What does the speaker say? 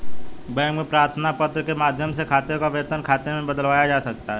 bank में प्रार्थना पत्र के माध्यम से खाते को वेतन खाते में बदलवाया जा सकता है